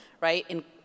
right